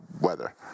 weather